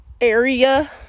area